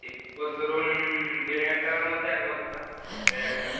ইফকোর ধরুন দেড় হাজার টাকার মধ্যে এক বস্তা দেড় হাজার টাকায়